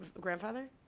grandfather